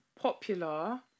popular